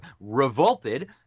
revolted